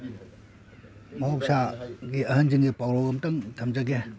ꯃꯍꯧꯁꯥꯒꯤ ꯑꯍꯟꯁꯤꯡꯒꯤ ꯄꯥꯎꯔꯧ ꯑꯃꯇꯪ ꯊꯝꯖꯒꯦ